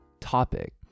topic